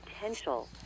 potential